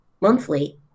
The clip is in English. monthly